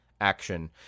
Action